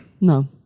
No